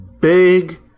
big